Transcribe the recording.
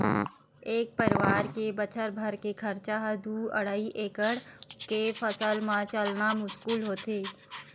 एक परवार के बछर भर के खरचा ह दू अड़हई एकड़ के फसल म चलना मुस्कुल होथे